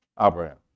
Abraham